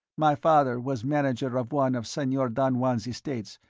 my father was manager of one of senor don juan's estates,